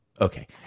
Okay